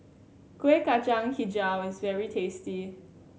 Kueh Kacang Hijau is very tasty